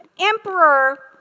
emperor